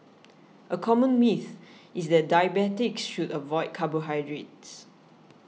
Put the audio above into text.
a common myth is that diabetics should avoid carbohydrates